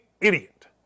idiot